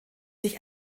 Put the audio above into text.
sich